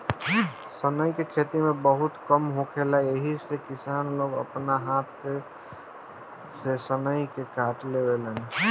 सनई के खेती बहुते कम होखेला एही से किसान लोग आपना हाथ से सनई के काट लेवेलेन